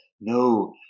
No